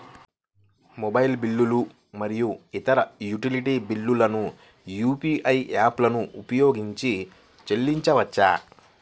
mobile బిల్లులు మరియు ఇతర యుటిలిటీ బిల్లులను యూ.పీ.ఐ యాప్లను ఉపయోగించి చెల్లించవచ్చు